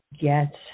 get